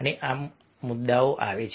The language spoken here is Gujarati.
અને મુદ્દાઓ આવે છે